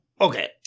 Okay